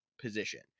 position